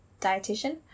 dietitian